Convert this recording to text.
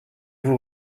vous